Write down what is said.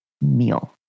meal